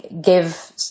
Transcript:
give